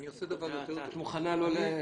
את מוכנה לא להפריע לו?